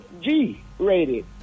G-rated